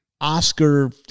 Oscar